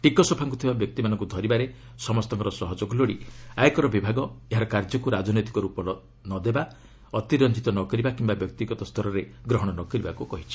ଟିକସ ଫାଙ୍କୁଥିବା ବ୍ୟକ୍ତିମାନଙ୍କୁ ଧରିବାରେ ସମସ୍ତଙ୍କର ସହଯୋଗ ଲୋଡ଼ି ଆୟକର ବିଭାଗ ଏହାର କାର୍ଯ୍ୟକୁ ରାଜନୈତିକ ରୂପ ଦେବା ଅତିରଞ୍ଜିତ କରିବା କିମ୍ବା ବ୍ୟକ୍ତିଗତ ସ୍ତରରେ ଗ୍ରହଣ ନ କରିବାକୁ କହିଛି